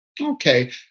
Okay